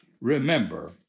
remember